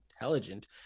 intelligent